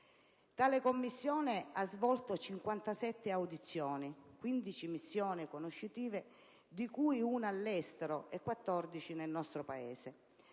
Tale Commissione ha svolto 57 audizioni, 15 missioni conoscitive di cui una all'estero e 14 in Italia;